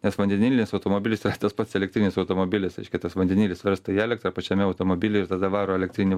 nes vandenilinis automobilis tas pats elektrinis automobilis reiškia tas vandenilis virsta į elektra pačiame automobily ir tada varo į elektrinį